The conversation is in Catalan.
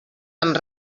amb